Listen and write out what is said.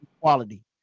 equality